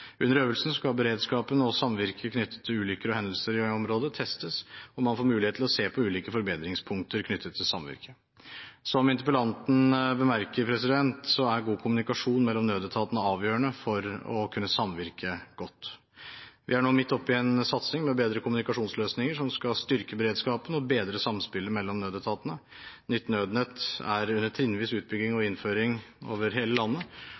Under øvelsen skal beredskapen og samvirket knyttet til ulykker og hendelser i området, testes, og man får mulighet til å se på ulike forbedringspunkter knyttet til samvirket. Som interpellanten bemerker, er god kommunikasjon mellom nødetatene avgjørende for å kunne samvirke godt. Vi er nå midt oppi en satsing med bedre kommunikasjonsløsninger som skal styrke beredskapen og bedre samspillet mellom nødetatene. Nytt nødnett er under trinnvis utbygging og innføring over hele landet,